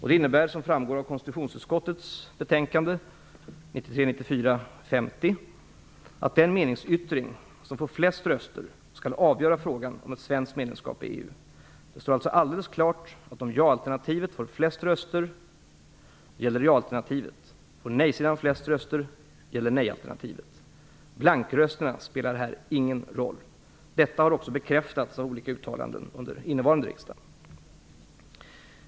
Det innebär, som framgår av konstitutionsutskottets betänkande 1993/94:KU50, att den meningsyttring som får flest röster skall avgöra frågan om ett svenskt medlemskap i EU. Det står alltså alldeles klart att om jaalternativet får flest röster gäller ja-alternativet, får nej-sidan flest röster gäller nej-alternativet. Blankrösterna spelar här ingen roll. Detta har också bekräftats av olika uttalanden under innevarande riksdag.